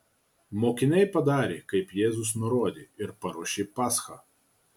mokiniai padarė kaip jėzus nurodė ir paruošė paschą